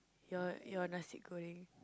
your your nasi-goreng